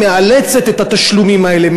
מאלצת את התשלומים האלה,